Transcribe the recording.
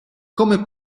come